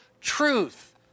truth